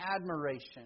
admiration